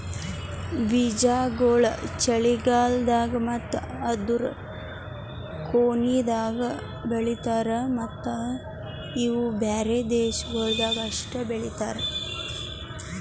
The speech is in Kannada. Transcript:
ಬೀಜಾಗೋಳ್ ಚಳಿಗಾಲ್ದಾಗ್ ಮತ್ತ ಅದೂರು ಕೊನಿದಾಗ್ ಬೆಳಿತಾರ್ ಮತ್ತ ಇವು ಬ್ಯಾರೆ ದೇಶಗೊಳ್ದಾಗ್ ಅಷ್ಟೆ ಬೆಳಿತಾರ್